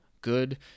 good